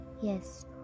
Yes